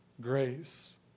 grace